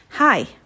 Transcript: Hi